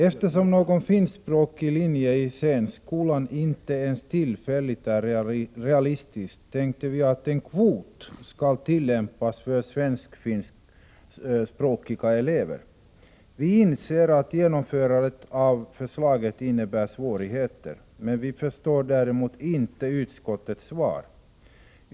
Eftersom någon finskspråkig linje i scenskolan inte ens tillfälligt är realistisk tänkte vi att en kvot skulle tillämpas för svensk-finskspråkiga elever. Vi inser att genomförandet av förslaget innebär svårigheter, men vi förstår däremot inte utskottets svar.